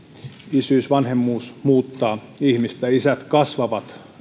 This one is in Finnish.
isyys vanhemmuus muuttaa ihmistä isät kasvavat